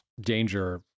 danger